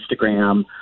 Instagram